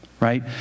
right